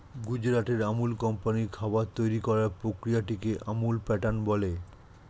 গুজরাটের আমুল কোম্পানির খাবার তৈরি করার প্রক্রিয়াটিকে আমুল প্যাটার্ন বলে